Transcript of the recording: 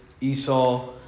Esau